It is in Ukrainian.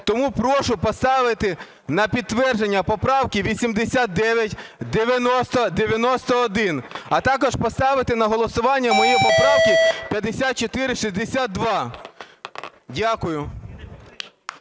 Тому прошу поставити на підтвердження поправки 89, 90, 91, а також поставити на голосування мої поправки 54, 62. Дякую.